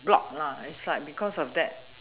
block inside because of that